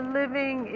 living